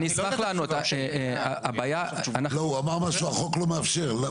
לא, הוא אמר משהו החוק לא מאפשר.